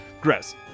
Gross